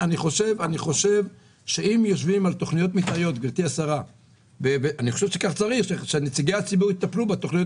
אני חושב שצריך שנציגי הציבור יטפלו בתוכניות